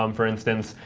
um for instance,